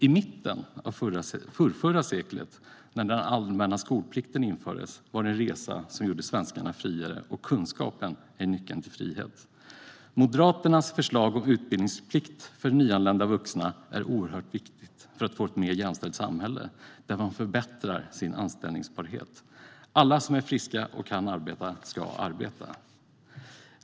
I mitten av förrförra seklet, när den allmänna skolplikten infördes, var det en resa som gjorde svenskarna friare, och kunskapen är nyckeln till frihet. Moderaternas förslag om utbildningsplikt för nyanlända vuxna är oerhört viktigt om vi ska få ett mer jämställt samhälle där man förbättrar sin anställningsbarhet. Alla som är friska och kan arbeta ska arbeta.